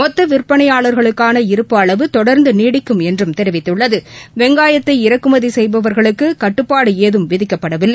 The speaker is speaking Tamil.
மொத்த விற்பனையாளர்களுக்கான இருப்பு அளவு தொடர்ந்து நீடிக்கும் என்று தெரிவித்துள்ளது வெங்காயத்தை இறக்குமதி செய்பவர்களுக்கு கட்டுப்பாடு எதுவும் விதிக்கப்படவில்லை